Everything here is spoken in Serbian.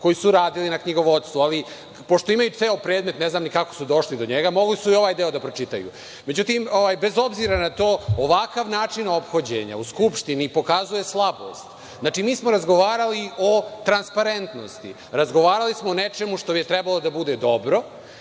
koji su radili na knjigovodstvu. Pošto imaju ceo predmet, ne znam ni kako su došli do njega, mogli su i ovaj deo da pročitaju.Međutim, bez obzira na to, ovakav način ophođenja u Skupštini pokazuje slabost. Razgovarali smo o transparentnosti, razgovarali smo o nečemu što je trebalo da bude dobro.